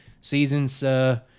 Seasons